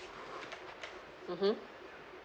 mmhmm